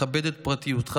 לכבד את פרטיותך,